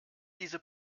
diese